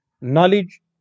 knowledge